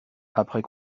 après